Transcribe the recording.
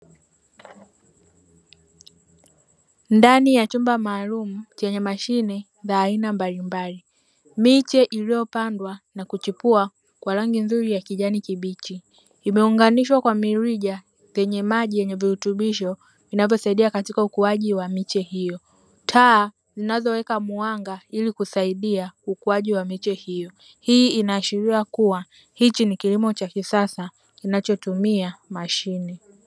Ndani ya chumba maalumu chenye mashine za aina mbalimbali, miche iliyopandwa na kuchipua kwa rangi nzuri ya kijani kibichi; imeunganishwa kwa mirija yenye maji yenye virutubisho vinavyosaidia saidia katika ukuaji wa miche hiyo. Taa zinazowekwa mwanga ili kusaidia ukuaji wa miche hiyo; hii inaashiria kuwa hichi ni kilimo cha kisasa kinachotumia mashine.